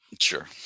Sure